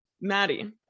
Maddie